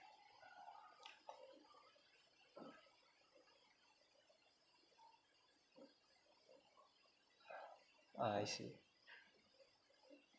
I see